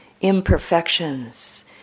imperfections